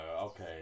Okay